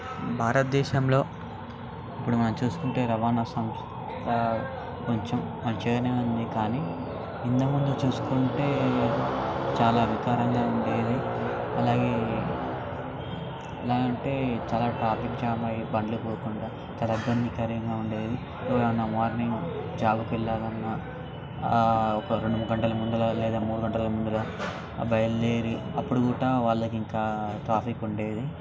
భారతదేశంలో ఇప్పుడు మనం చూసుకుంటే రవాణా సంస్థ కొంచెం మంచిగానే ఉంది కానీ ఇంతకుముందు చూసుకుంటే చాలా వికారంగా ఉండేది అలాగే ఎలా అంటే చాలా ట్రాఫిక్ జామ్ అయ్యి బండ్లు పోకుండా చాలా ఇబ్బందికరంగా ఉండేది ఏదైనా మార్నింగ్ జాబ్కి వెళ్ళాలన్నా ఒక రెండు గంటలు ముందల లేదా మూడు గంటలు ముందల బయలుదేరి అప్పుడు కూడా వాళ్ళకి ఇంకా ట్రాఫిక్ ఉండేది